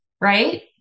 right